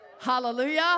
hallelujah